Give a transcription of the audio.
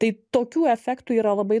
tai tokių efektų yra labai